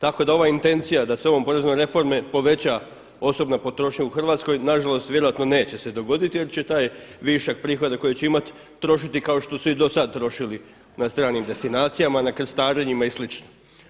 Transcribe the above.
Tako da ova intencija da se ovom poreznom reformom poveća osobna potrošnja u Hrvatskoj nažalost vjerojatno neće se dogoditi jer će taj višak prihoda koji će imati trošiti kao što su i do sada trošili na stranim destinacijama, na krstarenjima i slično.